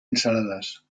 ensaladas